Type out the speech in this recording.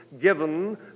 given